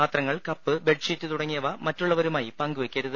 പാത്രങ്ങൾ cup bedsheet തുടങ്ങിയവ മറ്റുള്ളവരുമായി പങ്കുവെക്കരുത്